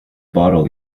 bottle